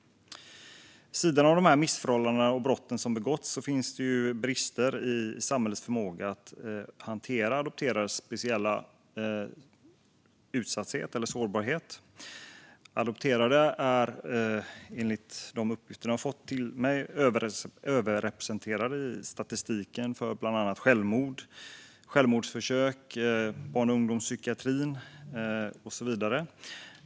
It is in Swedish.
Vid sidan av dessa missförhållanden och brott som har begåtts finns det brister i samhällets förmåga att hantera adopterades speciella sårbarhet. Adopterade är enligt uppgifter som jag har fått överrepresenterade i statistiken för bland annat självmord, självmordsförsök, barn och ungdomspsykiatrin och så vidare.